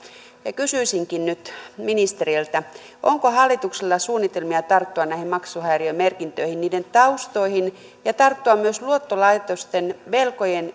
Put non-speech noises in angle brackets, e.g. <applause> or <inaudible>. kysyisinkin nyt ministeriltä onko hallituksella suunnitelmia tarttua näihin maksuhäiriömerkintöihin niiden taustoihin ja tarttua myös luottolaitosten velkojien <unintelligible>